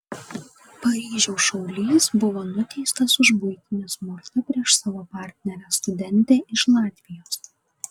paryžiaus šaulys buvo nuteistas už buitinį smurtą prieš savo partnerę studentę iš latvijos